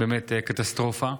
באמת קטסטרופה.